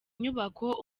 nyubako